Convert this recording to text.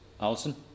Alison